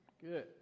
Good